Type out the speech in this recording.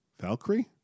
Valkyrie